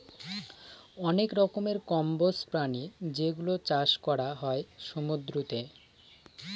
অনেক রকমের কম্বোজ প্রাণী যেগুলোর চাষ করা হয় সমুদ্রতে